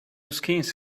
skins